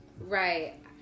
Right